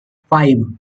five